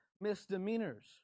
misdemeanors